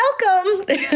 Welcome